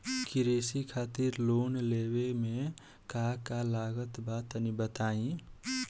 कृषि खातिर लोन लेवे मे का का लागत बा तनि बताईं?